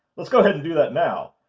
let's go ahead and do that now.